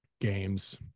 games